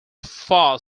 fur